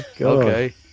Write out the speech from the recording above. Okay